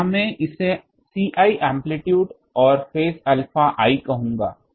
तो या मैं इसे Ci एम्प्लीट्यूड और फेज अल्फा i कहूंगा